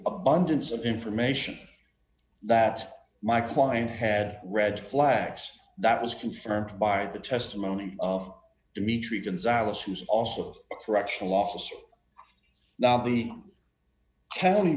abundance of information that my client had red flags that was confirmed by the testimony of dimitri can sallis was also a correctional officer now the county